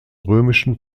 römischen